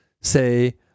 say